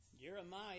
Jeremiah